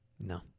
No